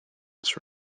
its